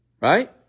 right